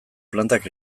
plantak